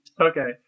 Okay